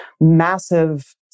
massive